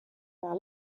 par